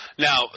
Now